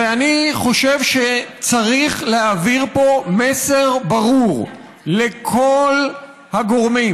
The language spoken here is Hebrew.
ואני חושב שצריך להעביר פה מסר ברור לכל הגורמים: